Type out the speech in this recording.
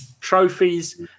trophies